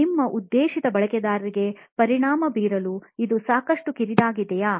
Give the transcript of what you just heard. ನಿಮ್ಮ ಉದ್ದೇಶಿತ ಬಳಕೆದಾರರಿಗೆ ಪರಿಣಾಮ ಬೀರಲು ಇದು ಸಾಕಷ್ಟು ಕಿರಿದಾಗಿದೆಯಾ